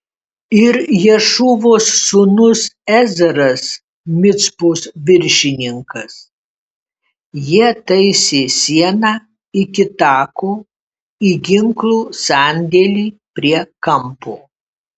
ir ješūvos sūnus ezeras micpos viršininkas jie taisė sieną iki tako į ginklų sandėlį prie kampo